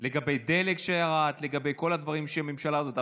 לגבי הדלק שירד ולגבי כל הדברים שנאמרו על הממשלה הזאת,